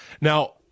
Now